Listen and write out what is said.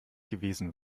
gewesen